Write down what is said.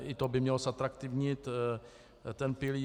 I to by mělo zatraktivnit ten pilíř.